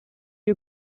you